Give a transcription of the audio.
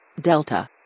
Delta